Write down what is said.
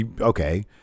okay